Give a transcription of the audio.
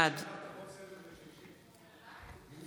בעד